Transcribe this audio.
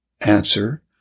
Answer